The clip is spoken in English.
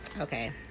Okay